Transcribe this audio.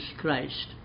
Christ